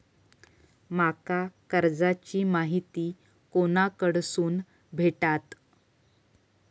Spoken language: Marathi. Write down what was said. माका कर्जाची माहिती कोणाकडसून भेटात?